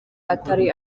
atari